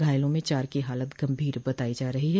घायला में चार की हालत गंभीर बताई जा रही है